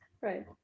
right